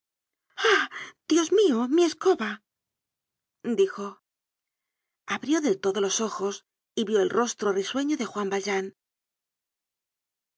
dios mio mi escoba dijo abrió del todo los ojos y vió el rostro risueño de juan valjean